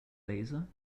laser